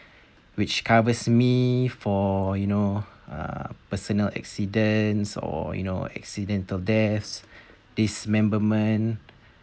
which covers me for you know uh personal accidents or you know accidental deaths dismemberment